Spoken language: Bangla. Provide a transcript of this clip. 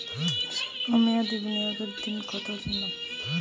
সল্প মেয়াদি বিনিয়োগ কত দিনের জন্য?